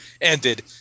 ended